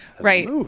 Right